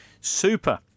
Super